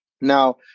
Now